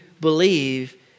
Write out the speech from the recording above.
believe